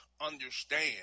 understand